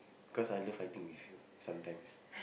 cause I love fighting with you sometimes